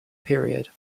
period